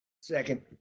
Second